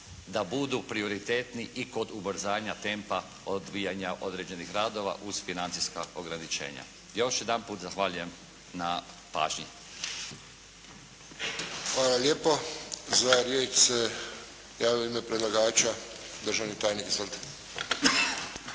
da budu prioritetni i kod ubrzanja tempa odvijanja određenih radova uz financijska ograničenja. Još jedanput zahvaljujem na pažnji! **Friščić, Josip (HSS)** Hvala lijepo. Za riječ se javio u ime predlagača državni tajnik. Izvolite.